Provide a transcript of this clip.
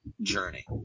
journey